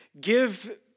give